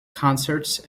concerts